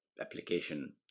Application